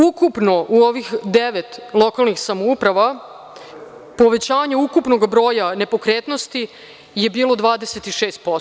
Ukupno u ovih devet lokalnih samouprava povećanje ukupnog broja nepokretnosti je bilo 26%